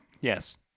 Yes